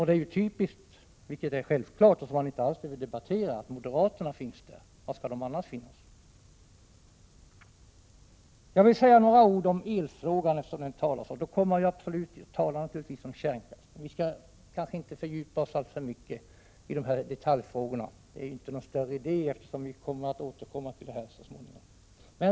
Det är typiskt och självklart och behöver inte debatteras att moderaterna finns där — var skulle de annars finnas? Jag vill också säga några ord om elfrågan, eftersom det har talats om den. Då kommer man naturligtvis genast in på kärnkraften igen, men vi kanske inte skall fördjupa oss alltför mycket i detaljfrågorna. Vi återkommer ju till dem så småningom.